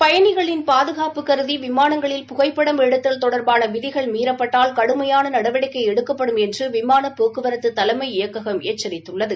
பயணிகளின் பாதுகாப்பு கருதி விமாணங்களில் புகைப்படம் எடுத்தல் தொடர்பான விதிகள் மீறப்பட்டால் கடுமையாள நடவடிக்கை எடுக்கப்படும் என்று விமாள போக்குவரத்து தலைமை இயக்ககம் எச்சரித்துள்ளது